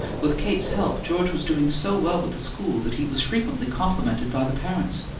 with kate's help, george was doing so well with the school that he was frequently complimented by the parents.